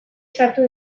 sartu